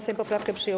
Sejm poprawkę przyjął.